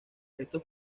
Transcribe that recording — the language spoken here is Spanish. estos